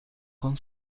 con